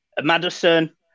Madison